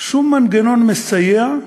שום מנגנון מסייע,